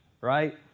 right